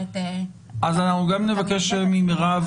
אז נבקש ממירב,